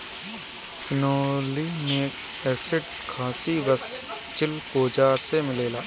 pinolenic acid खासी बस चिलगोजा से मिलेला